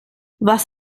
was